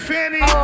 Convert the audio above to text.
Fanny